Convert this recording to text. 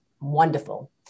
wonderful